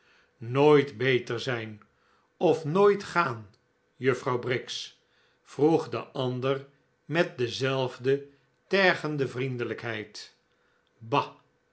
nooit beter zijn of nooit gaan juffrouw briggs vroeg de ander met dezelfde tergende vriendelijkheid bah